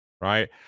right